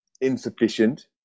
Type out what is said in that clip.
insufficient